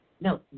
No